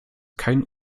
kein